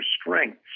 strengths